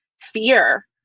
fear